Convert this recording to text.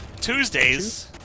Tuesdays